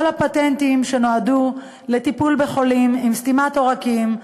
כל הפטנטים שנועדו לטיפול בחולים עם סתימת עורקים,